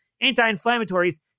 anti-inflammatories